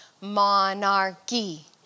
monarchy